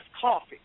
coffee